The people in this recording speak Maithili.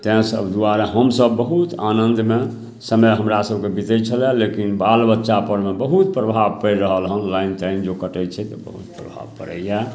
ताहिसब दुआरे हमसभ बहुत आनन्दमे समय हमरासभकेँ बितै छलै लेकिन बालबच्चापरमे बहुत प्रभाव पड़ि रहल हँ लाइन ताइन जँ कटै छै तऽ बहुत प्रभाव पड़ैए इएहसब